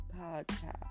podcast